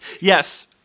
yes